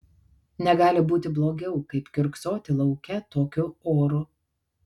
negali būti blogiau kaip kiurksoti lauke tokiu oru